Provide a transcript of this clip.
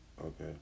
Okay